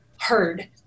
heard